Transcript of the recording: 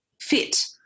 fit